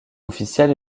officielle